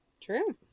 true